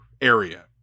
area